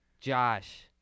Josh